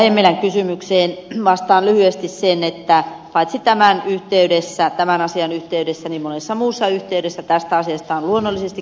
hemmilän kysymykseen vastaan lyhyesti että paitsi tämän asian yhteydessä niin monessa muussa yhteydessäkin tästä asiasta luonnollisesti on keskusteltu